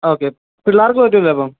okay പിള്ളേര്ക്ക് പറ്റൂല്ലേ അപ്പം